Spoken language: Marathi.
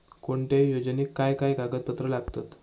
कोणत्याही योजनेक काय काय कागदपत्र लागतत?